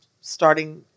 starting